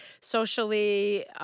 socially